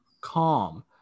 calm